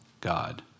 God